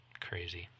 crazy